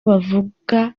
bavuga